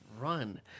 Run